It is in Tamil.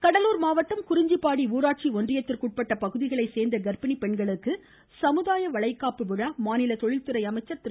சம்பத் கடலூர் மாவட்டம் குறிஞ்சிப்பாடி ஊராட்சி ஒன்றியத்திற்குட்பட்ட பகுதிகளை சோ்ந்த கா்ப்பிணி பெண்களுக்கு சமுதாய வளைகாப்பு விழா மாநில தொழில்துறை அமைச்சர் திரு